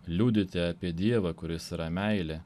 liudyti apie dievą kuris yra meilė